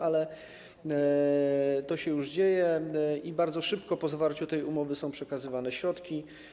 Ale to już się dzieje i bardzo szybko po zawarciu tej umowy są przekazywane środki.